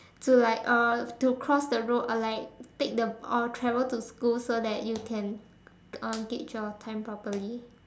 to like uh to cross the road or like take the or travel to school so that you can uh gauge your time properly